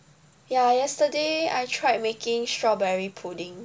ya yesterday I tried making strawberry pudding